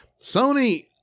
Sony